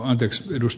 arvoisa puhemies